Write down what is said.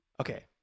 Okay